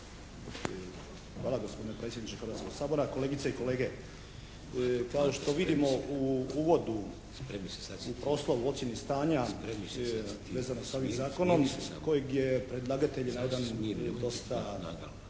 Hvala gospodine predsjedniče Hrvatskog sabora, kolegice i kolege. Kao što vidimo u uvodu u proslovu ocjeni stanja vezano sa ovim Zakonom kojeg je predlagatelj na jedan dosta kratak